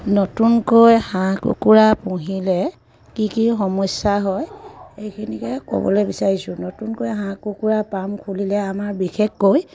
নতুনকৈ হাঁহ কুকুৰা পুহিলে কি কি সমস্যা হয় সেইখিনিকে ক'বলৈ বিচাৰিছোঁ নতুনকৈ হাঁহ কুকুৰা পাম খুলিলে আমাৰ বিশেষকৈ